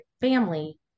family